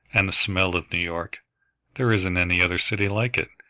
and the smell of new york there isn't any other city like it!